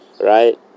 Right